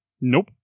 Nope